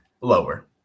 Lower